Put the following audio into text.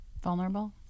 Vulnerable